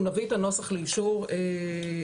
אנחנו נביא את הנוסח לאישור לוועדה.